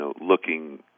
looking